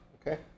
Okay